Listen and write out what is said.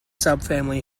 subfamily